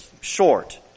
short